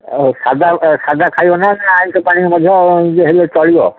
ସାଧା ସାଧା ଖାଇବ ନା ନା ଆଇ ଆଇଁଷ ପାଣି ମଧ୍ୟ ଇଏ ହେଲେ ଚଳିବ